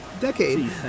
decade